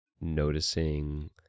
noticing